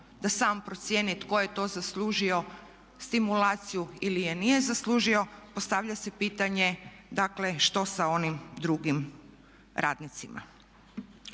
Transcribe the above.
da sam procijeni tko je to zaslužio stimulaciju ili je nije zaslužio, postavlja se pitanje, dakle što sa onim drugim radnicima.